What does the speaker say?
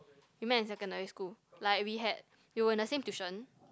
we met at secondary school like we had we were in the same tuition